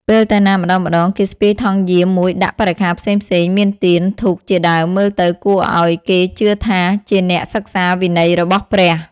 ពេលទៅណាម្ដងៗគេស្ពាយថង់យាមមួយដាក់បរិក្ខាផ្សេងៗ មានទៀន ធូបជាដើម មើលទៅគួរឲ្យគេជឿថា ជានាក់សិក្សាវិន័យរបស់ព្រះ ។